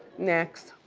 next.